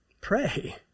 Pray